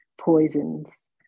poisons